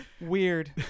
weird